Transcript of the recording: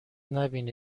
نبینه